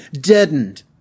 deadened